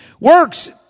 Works